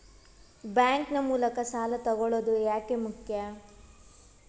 Bank ನ ಮೂಲಕ ಸಾಲ ತಗೊಳ್ಳೋದು ಯಾಕ ಮುಖ್ಯ?